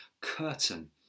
curtain